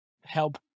help